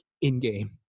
in-game